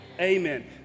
Amen